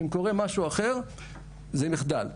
אם קורה משהו אחר זה מחדל.